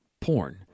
porn